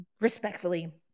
Respectfully